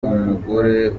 umugore